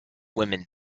women